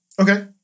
Okay